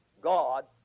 God